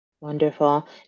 Wonderful